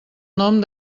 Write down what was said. nom